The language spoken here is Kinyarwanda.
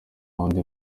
wundi